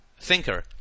thinker